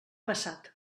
passat